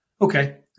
okay